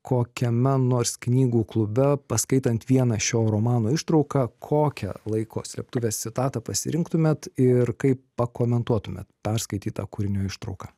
kokiame nors knygų klube paskaitant vieną šio romano ištrauką kokią laiko slėptuvės citatą pasirinktumėt ir kaip pakomentuotumėt perskaitytą kūrinio ištrauką